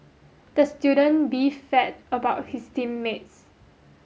the student about his team mates